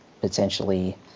potentially